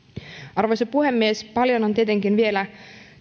arvoisa puhemies paljon on tietenkin vielä